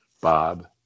Bob